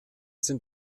sind